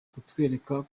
kutwereka